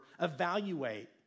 evaluate